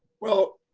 well,